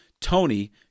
Tony